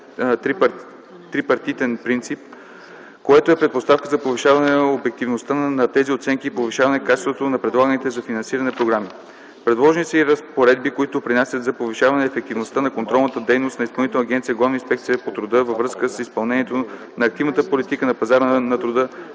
трипартитен принцип, което е предпоставка за повишаване обективността на тези оценки и повишаване качеството на предлаганите за финансиране програми. Предложени са и разпоредби, които допринасят за повишаване ефективността на контролната дейност на Изпълнителна агенция „Главна инспекция по труда” във връзка с изпълнението на активната политика на пазара на труда,